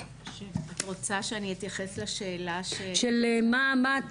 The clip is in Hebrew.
רוצה שאני אתייחס לשאלה של --- של מה,